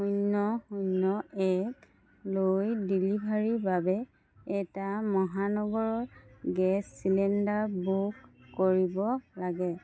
শূন্য শূন্য একলৈ ডেলিভাৰীৰ বাবে এটা মহানগৰ গেছ চিলিণ্ডাৰ বুক কৰিব লাগে